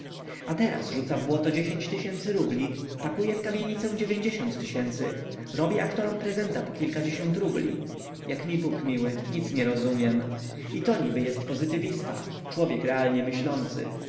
a teraz rzuca w błoto rubli pakuje w kamienicę robi aktorom prezenta po kilkadziesiąt rubli jak mi bóg miły nic nie rozumiem i to niby jest pozytywista człowiek realnie myślący